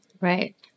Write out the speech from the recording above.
right